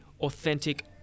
authentic